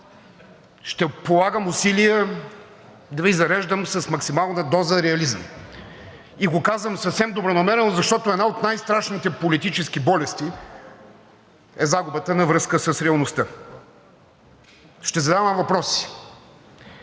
ще полагам усилия да Ви зареждам с максимална доза реализъм. И го казвам съвсем добронамерено, защото една от най-страшните политически болести е загубата на връзка с реалността. Ще задавам въпроси.